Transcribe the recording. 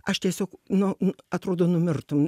aš tiesiog nu nu atrodo numirtum